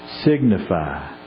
Signify